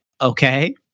okay